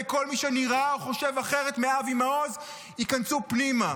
כל מי שנראה או חושב אחרת מאבי מעוז ייכנסו פנימה.